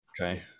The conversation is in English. Okay